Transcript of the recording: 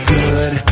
good